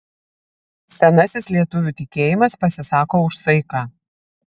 senasis lietuvių tikėjimas pasisako už saiką